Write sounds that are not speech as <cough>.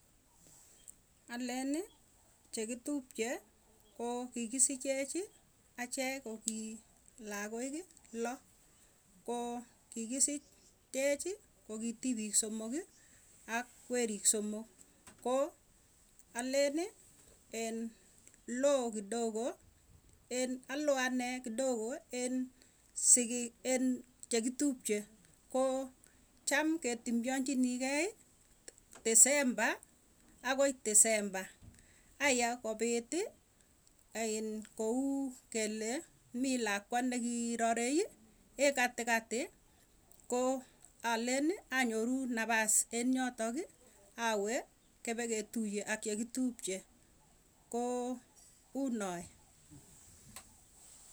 Aleni chekitupche ko kikisichechi, achek kokii lakoiki loo. Koo kikisich echi kokii tipik somoki ak werik somok. Ko aleni en loo kidogo, en aloo anee kidogo en sigi en chekitupche. Koo cham ketembeanchinii kei, december akoi december ayaa kopiti iin kou kele mii lakwa nekii rarei <hesitation> katikati, ko aleni anyoru napas en yotoki awee kepeketuiye ak chekitupche. Ko unoe.